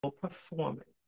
performance